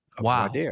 Wow